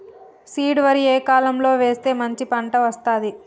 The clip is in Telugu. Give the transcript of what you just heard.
సీడ్ వరి ఏ కాలం లో వేస్తే మంచి పంట వస్తది?